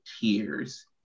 tears